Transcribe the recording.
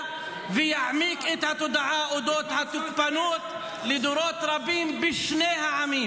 ותעמיק את התודעה על אודות התוקפנות לדורות רבים בשני העמים.